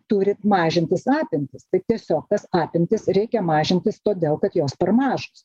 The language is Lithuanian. turit mažintis apimtis tai tiesiog tas apimtis reikia mažintis todėl kad jos per mažos